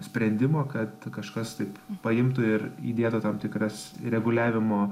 sprendimo kad kažkas taip paimtų ir įdėtų tam tikras įreguliavimo